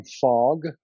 fog